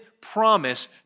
promise